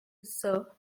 sir